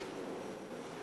הצעת הוועדה לקידום מעמד